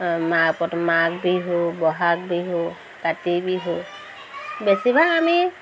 মাঘ বিহু বহাগ বিহু কাতি বিহু বেছিভাগ আমি